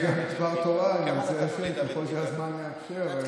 גם דבר תורה, אם ירצה השם, ככל שהזמן מאפשר.